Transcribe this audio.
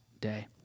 day